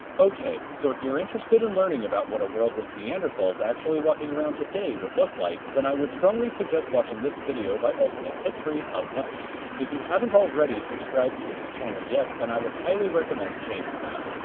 ok, so if you're interested in learning about what a world with neanderthals actually walking around today would look like, then i would strongly suggest watching this video by alternate history hub next. if you haven't already subscribed to his channel yet, then i would highly recommend changing that.